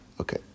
Okay